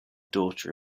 daughter